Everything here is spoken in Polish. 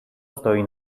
stoi